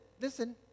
listen